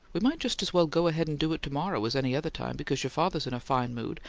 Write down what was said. we might just as well go ahead and do it to-morrow as any other time because your father's in a fine mood,